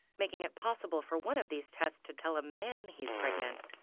making it possible for one of these tests to tell a man he's pregnant.